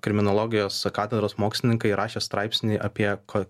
kriminologijos a katedros mokslininkai rašė straipsnį apie ko